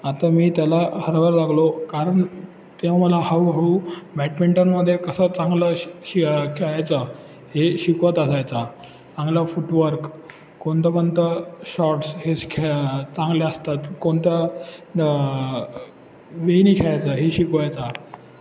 आता मी त्याला हरवायला लागलो कारण तेव्हा मला हळूहळू बॅडमिंटनमध्ये कसं चांगलं शि शि खेळायचं हे शिकवत असायचा चांगला फुटवर्क कोणतं कोणतं शॉर्ट्स हे स खेळा चांगले असतात कोणत्या वेळी खेळायचं हे शिकवायचा